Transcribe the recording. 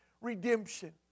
redemption